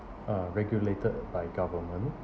uh regulated by government